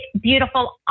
beautiful